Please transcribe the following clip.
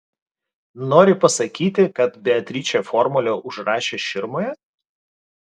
nori pasakyti kad beatričė formulę užrašė širmoje